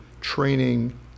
training